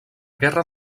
guerra